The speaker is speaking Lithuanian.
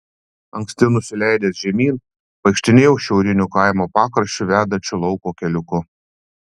anksti nusileidęs žemyn vaikštinėjau šiauriniu kaimo pakraščiu vedančiu lauko keliuku